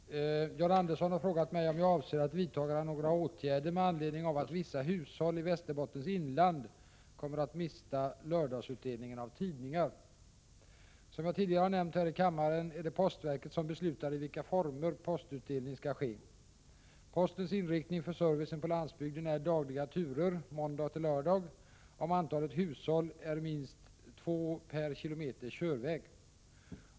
Herr talman! John Andersson har frågat mig om jag avser att vidta några åtgärder med anledning av att vissa hushåll i Västerbottens inland kommer att mista lördagsutdelningen av tidningar. Som jag tidigare har nämnt här i kammaren är det postverket som beslutar i vilka former postutdelningen skall ske. Postens inriktning för servicen på landsbygden är dagliga turer måndag-lördag om antalet hushåll är minst två per kilometer körväg.